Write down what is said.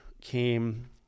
came